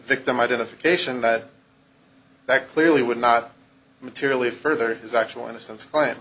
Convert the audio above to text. victim identification that that clearly would not materially further his actual innocence cl